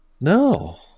No